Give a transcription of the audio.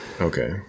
Okay